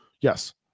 yes